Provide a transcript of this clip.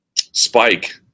spike